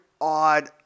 odd